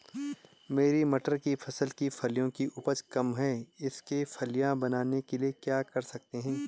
मेरी मटर की फसल की फलियों की उपज कम है इसके फलियां बनने के लिए क्या कर सकते हैं?